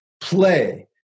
play